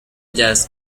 jazz